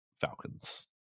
Falcons